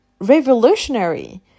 revolutionary